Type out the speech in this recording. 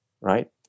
right